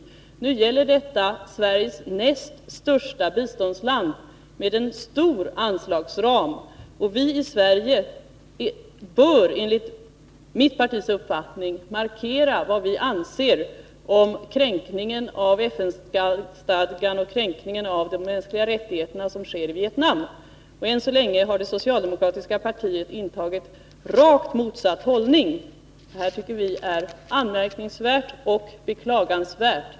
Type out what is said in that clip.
Min fråga gäller det land som är Sveriges näst största biståndsmottagare med en stor anslagsram, och i Sverige bör enligt mitt partis uppfattning markeras vad vi anser om kränkningen av FN-stadgan och kränkningen av de mänskliga rättigheterna som sker i Vietnam. Än så länge har det socialdemokratiska partiet intagit rakt motsatt hållning. Det tycker vi är anmärkningsvärt och beklagansvärt.